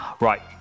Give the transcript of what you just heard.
right